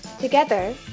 Together